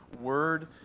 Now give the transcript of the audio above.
word